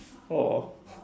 !aww!